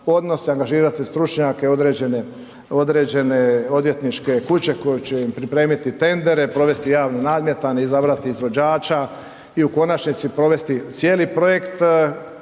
odnose, angažirati stručnjake, određene odvjetničke kuće koje će pripremiti tendere, provesti javno nadmetanje, izabrati izvođača i u konačnici provesti cijeli projekt